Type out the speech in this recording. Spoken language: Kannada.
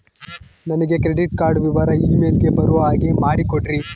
ನನಗೆ ಕ್ರೆಡಿಟ್ ಕಾರ್ಡ್ ವಿವರ ಇಮೇಲ್ ಗೆ ಬರೋ ಹಾಗೆ ಮಾಡಿಕೊಡ್ರಿ?